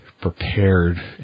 prepared